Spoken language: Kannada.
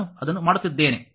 ನಾನು ಅದನ್ನು ಮಾಡುತ್ತೀದ್ದೇನೆ